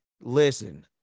Listen